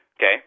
Okay